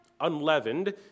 Unleavened